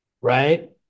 Right